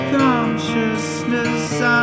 consciousness